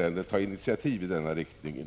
bindande sanktioner.